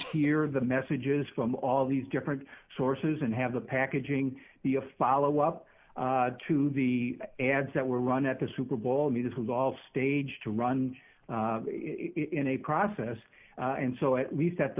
hear the messages from all these different sources and have the packaging be a follow up to the ads that were run at the super bowl me this was all staged to run in a process and so at least at the